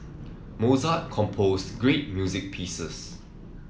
Mozart composed great music pieces